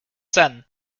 zen